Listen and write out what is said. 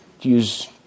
Use